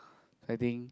I think